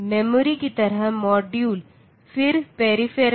memory की तरह module फिर पेरीफेरल